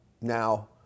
Now